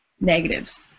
Negatives